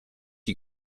you